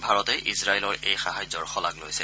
ভাৰতে ইজৰাইলৰ এই সাহায্যৰ শলাগ লৈছে